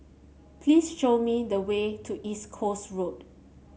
please show me the way to East Coast Road